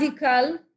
radical